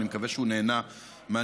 אני מקווה שהוא נהנה מהניסיון,